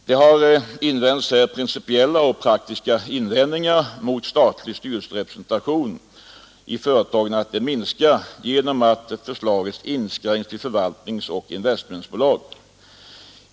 Det har gjorts principiella och praktiska invändningar mot att den statliga styrelserepresentationen i företagen minskar genom att förslaget Nr 142 inskränkts till förvaltningsoch investmentbolag.